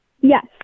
Yes